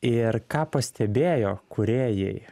ir ką pastebėjo kūrėjai